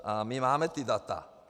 A my máme ta data.